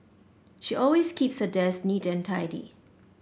she always keeps her desk neat and tidy